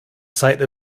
site